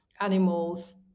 animals